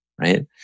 Right